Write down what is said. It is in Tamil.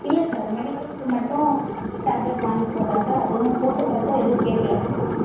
இல்லை சார் மெடிக்கலுக்கு மட்டும் டேப்லெட் வாங்கிப் போட்டேன் சார் அதுவும் போட்டு பார்த்தும் எதுவும் கேட்கல சார்